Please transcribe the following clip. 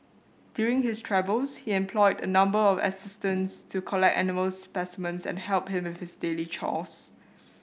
during his travels he employed a number of assistants to collect animals specimens and help him with his daily chores